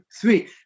three